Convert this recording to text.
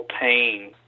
pain